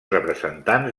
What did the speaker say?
representants